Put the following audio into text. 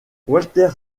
walter